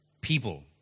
people